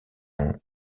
ont